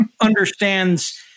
understands